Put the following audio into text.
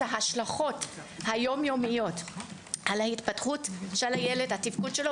ההשלכות היום יומיות על ההתפתחות והתפקוד של הילד,